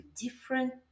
different